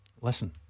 Listen